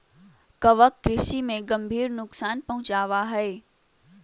कवक कृषि में गंभीर नुकसान पहुंचावा हई